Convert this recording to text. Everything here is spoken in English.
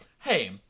hey